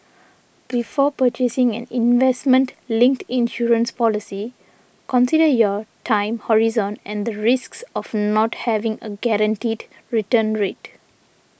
before purchasing an investment linked insurance policy consider your time horizon and the risks of not having a guaranteed return rate